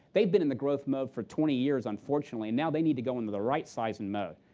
they've been in the growth mode for twenty years, unfortunately. now they need to go into the right-sizing mode.